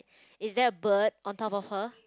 is there a bird on top of her